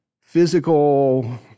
physical